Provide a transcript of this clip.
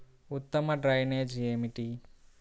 ఉత్తమ డ్రైనేజ్ ఏమిటి?